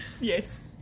Yes